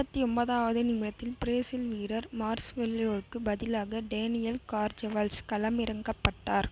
ஐம்பத்தி ஒன்பதாவது நிமிடத்தில் பிரேசில் வீரர் மார்செலோவுக்கு பதிலாக டேனியல் கர்ஜவால்ஸ் களமிறக்கப்பட்டார்